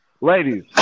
Ladies